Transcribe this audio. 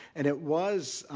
and it was